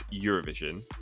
Eurovision